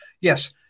yes